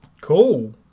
Cool